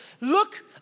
look